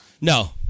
No